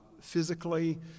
physically